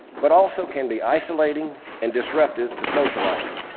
but also can be isolating and disruptive to socializing.